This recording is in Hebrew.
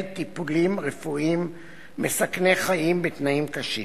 טיפולים רפואיים מסכני חיים בתנאים קשים.